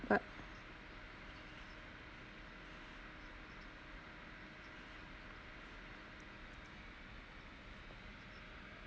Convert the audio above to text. but